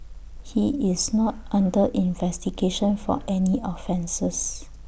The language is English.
he is not under investigation for any offences